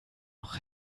noch